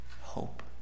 hope